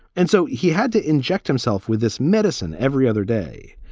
and so he had to inject himself with this medicine every other day.